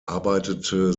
arbeitete